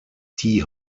die